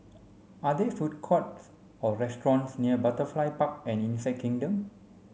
are there food courts or restaurants near Butterfly Park and Insect Kingdom